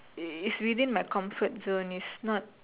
it's within my comfort zone it's not